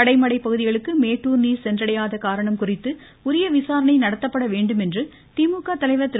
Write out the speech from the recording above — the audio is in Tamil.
கடைமடை பகுதிகளுக்கு மேட்டுர் நீர் சென்றடையாத காரணம் குறித்து உரிய விசாரணை நடத்தப்பட வேண்டும் என்று திமுக தலைவர் திரு